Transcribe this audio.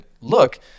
look